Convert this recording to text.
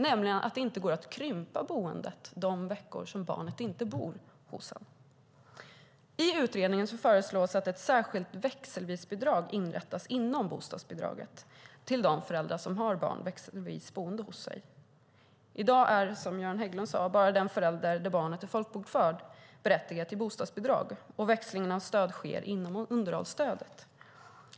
Skillnaden är att det inte går att krympa boendet de veckor barnet inte bor hos en. I utredningen förslås att ett särskilt växelvisbidrag inrättas inom bostadsbidraget till de föräldrar som har barn växelvis boende hos sig. I dag är, som Göran Hägglund sade, bara den förälder barnet är folkbokfört hos berättigad till bostadsbidrag, och växlingen av stöd sker inom underhållsstödet.